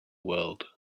world